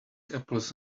apples